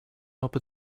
open